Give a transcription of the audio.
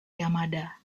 yamada